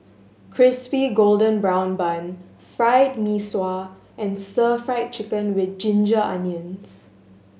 Crispy Golden Brown Bun Fried Mee Sua and Stir Fried Chicken With Ginger Onions